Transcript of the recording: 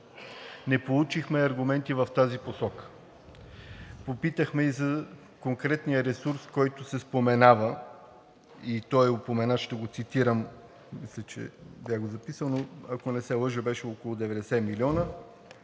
Не получихме аргументи в тази посока. Попитахме за конкретния ресурс, който се споменава, и той е упоменат. Ще го цитирам, ако не се лъжа, беше около 90 милиона.